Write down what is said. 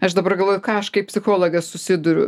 aš dabar galvoju ką aš kaip psichologė susiduriu